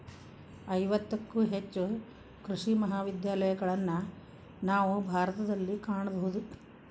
ಐವತ್ತಕ್ಕೂ ಹೆಚ್ಚು ಕೃಷಿ ಮಹಾವಿದ್ಯಾಲಯಗಳನ್ನಾ ನಾವು ಭಾರತದಲ್ಲಿ ಕಾಣಬಹುದು